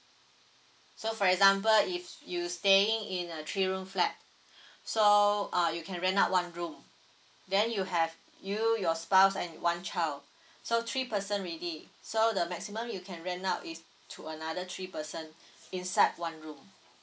so for example if you staying in a three room flat so uh you can rent out one room then you have you your spouse and one child so three person already so the maximum you can rent out is to another three person inside one room